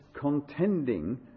contending